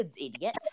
idiot